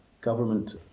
government